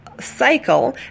cycle